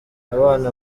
abana